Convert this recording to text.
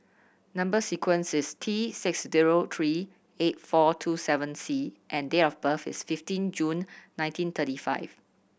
number sequence is T six zero three eight four two seven C and date of birth is fifteen June nineteen thirty five